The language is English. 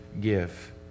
give